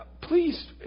Please